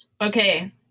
Okay